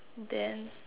then